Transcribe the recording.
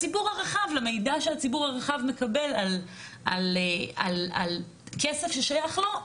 למידע שהציבור הרחב מקבל על כסף ששייך לו,